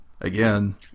again